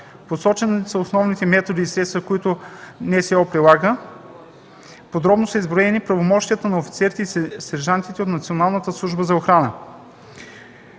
Посочени са основните методи и средства, които НСО прилага. Подробно са изброени правомощията на офицерите и сержантите от Националната служба за охрана.